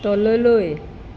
তললৈ